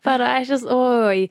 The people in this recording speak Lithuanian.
parašęs oi